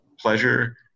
pleasure